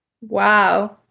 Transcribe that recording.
Wow